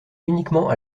uniquement